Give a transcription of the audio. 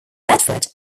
bedford